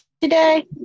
today